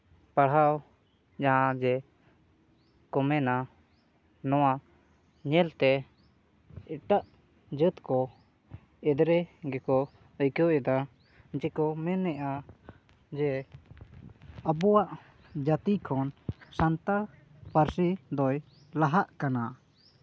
ᱯᱟᱲᱦᱟᱣ ᱡᱟᱦᱟᱸ ᱡᱮ ᱠᱚ ᱢᱮᱱᱟ ᱱᱚᱣᱟ ᱧᱮᱞᱛᱮ ᱮᱴᱟᱜ ᱡᱟᱹᱛ ᱠᱚ ᱮᱫᱽᱨᱮ ᱜᱮᱠᱚ ᱟᱹᱭᱠᱟᱹᱣᱮᱫᱟ ᱡᱮᱠᱚ ᱢᱮᱱᱮᱫᱼᱟ ᱡᱮ ᱟᱵᱚᱣᱟᱜ ᱡᱟᱹᱛᱤ ᱠᱷᱚᱱ ᱥᱟᱱᱛᱟᱲ ᱯᱟᱹᱨᱥᱤ ᱫᱚᱭ ᱞᱟᱦᱟᱜ ᱠᱟᱱᱟ